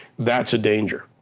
that's a danger.